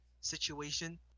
situation